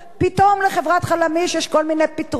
פתאום לחברת "חלמיש" יש כל מיני פתרונות.